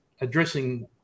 addressing